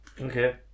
okay